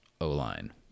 O-line